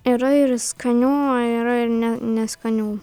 yra ir skanių yra ir ne neskanių patiekalų